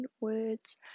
words